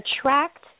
attract